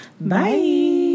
bye